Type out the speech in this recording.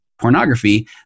pornography